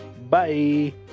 Bye